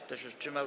Kto się wstrzymał?